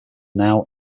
now